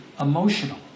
emotional